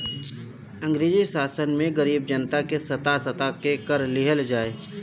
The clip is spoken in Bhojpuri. अंग्रेजी शासन में गरीब जनता के सता सता के कर लिहल जाए